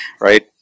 right